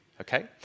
okay